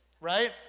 right